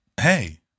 hey